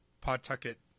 Pawtucket